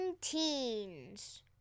Teens